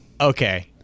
okay